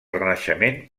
renaixement